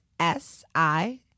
S-I